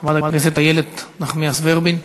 חברת הכנסת איילת נחמיאס ורבין.